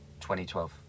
2012